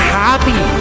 happy